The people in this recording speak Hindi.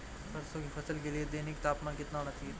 सरसों की फसल के लिए दैनिक तापमान कितना होना चाहिए?